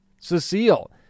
Cecile